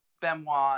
Benoit